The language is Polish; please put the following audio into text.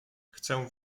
chcę